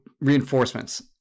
reinforcements